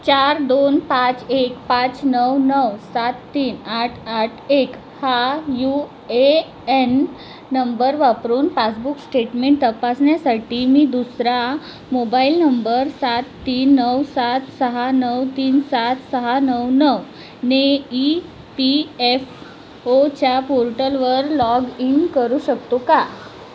चार दोन पाच एक पाच नऊ नऊ सात तीन आठ आठ एक हा यू ए एन नंबर वापरून पासबुक स्टेटमेंट तपासण्यासाठी मी दुसरा मोबाईल नंबर सात तीन नऊ सात सहा नऊ तीन सात सहा नऊ नऊ ने ई पी एफ ओच्या पोर्टलवर लॉग इन करू शकतो का